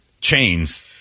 Chains